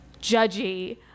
judgy